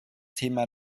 thema